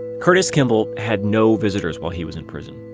curtis kimball had no visitors while he was in prison.